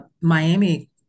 Miami